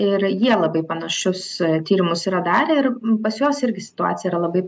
ir jie labai panašius tyrimus yra darę ir pas juos irgi situacija yra labai